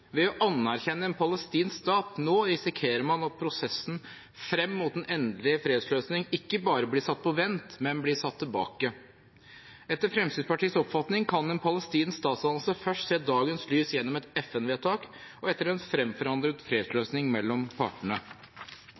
ved å anerkjenne en palestinsk stat nå risikerer man at prosessen frem mot en endelig fredsløsning ikke bare blir satt på vent, men blir satt tilbake. Etter Fremskrittspartiets oppfatning kan en palestinsk statsdannelse først se dagens lys gjennom et FN-vedtak og etter en fremforhandlet fredsløsning mellom partene.